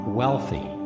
wealthy